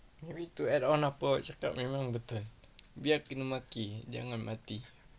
I need to add on apa awak cakap memang betul biar kena maki jangan mati